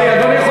אדוני,